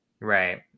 Right